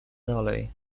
dalej